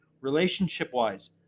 Relationship-wise